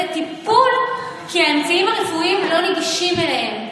הטיפול כי האמצעים הרפואיים לא נגישים להם,